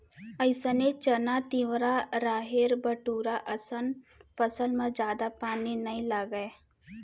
अइसने चना, तिंवरा, राहेर, बटूरा असन फसल म जादा पानी नइ लागय